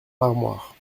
l’armoire